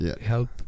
help